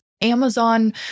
Amazon